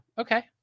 okay